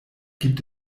gibt